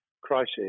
crisis